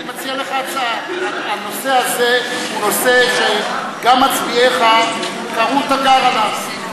אני מציע לך הצעה: הנושא הזה הוא נושא שגם מצביעיך קראו תיגר עליו,